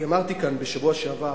אמרתי כאן בשבוע שעבר,